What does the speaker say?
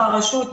ברשות,